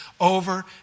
over